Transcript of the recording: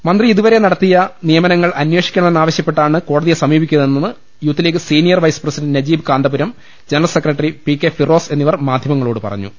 മന്ത്രി ഇതുവരെ ്രനടത്തിയ നിയമന ങ്ങൾ അന്വേഷിക്കണമെന്നാവശ്യപ്പെട്ടാണ് കോടതിയെ സമീപി ക്കുന്നതെന്ന് youth league senior vice president Najeeb Kanthapuram general secretary P K Firoz എന്നിവർ മാധ്യ മങ്ങളോട് പറഞ്ഞു